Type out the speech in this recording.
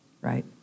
right